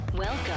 Welcome